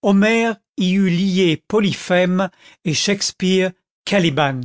homère y eût lié polyphème et shakespeare caliban